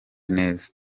neza